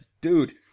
dude